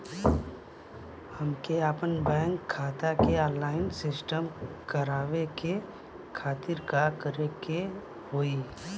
हमके अपने बैंक खाता के ऑनलाइन सिस्टम करवावे के खातिर का करे के होई?